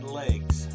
legs